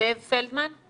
זאב פלדמן.